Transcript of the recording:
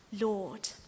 Lord